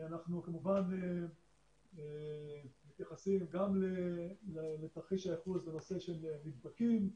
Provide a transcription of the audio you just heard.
ואנחנו כמובן מתייחסים גם לתרחיש הייחוס בנושא של נדבקים,